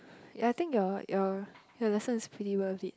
ya I think your your your lesson is pretty worth it